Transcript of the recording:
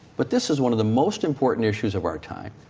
but this is one of the most important issues of our time.